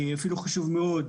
אפילו חשוב מאוד,